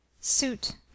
Suit